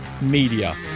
media